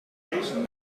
technology